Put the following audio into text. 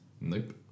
Nope